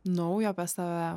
naujo apie save